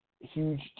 Huge